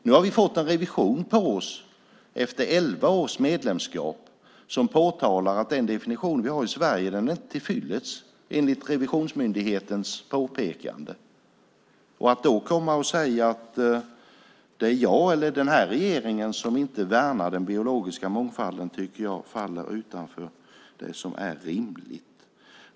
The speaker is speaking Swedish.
Efter elva års medlemskap fick vi en revision på oss som påtalar att den definition vi har i Sverige inte är tillfyllest enligt revisionsmyndighetens påpekande. Att då komma och säga att det är jag eller denna regering som inte värnar den biologiska mångfalden faller utanför det som är rimligt.